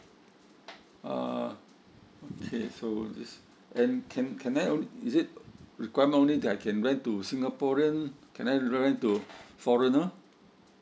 uh okay so this and can can I only is it requirement only that I can rent to singaporean can I rent to foreigner